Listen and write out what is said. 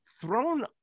thrown